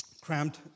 cramped